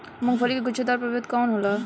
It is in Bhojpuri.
मूँगफली के गुछेदार प्रभेद कौन होला?